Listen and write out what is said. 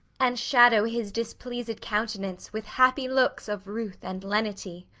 and shadow his displeased countenance with happy looks of ruth and lenity.